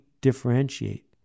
differentiate